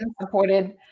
supported